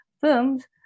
films